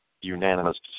unanimous